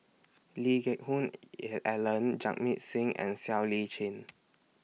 Lee Geck Hoon Ellen Jamit Singh and Siow Lee Chin